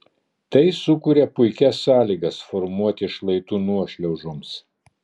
tai sukuria puikias sąlygas formuotis šlaitų nuošliaužoms